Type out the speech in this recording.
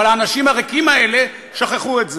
אבל האנשים הריקים האלה שכחו את זה.